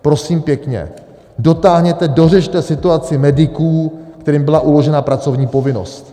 Prosím pěkně, dotáhněte, dořešte situaci mediků, kterým byla uložena pracovní povinnost.